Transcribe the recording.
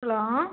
hello